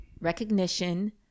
Recognition